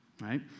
right